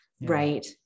right